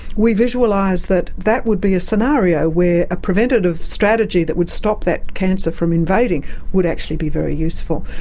we visualise that that would be a scenario where a preventative strategy that would stop that cancer from invading would actually be very useful.